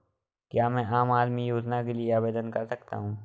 क्या मैं आम आदमी योजना के लिए आवेदन कर सकता हूँ?